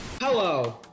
Hello